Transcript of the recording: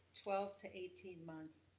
twelve to eighteen months,